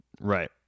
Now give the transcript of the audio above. Right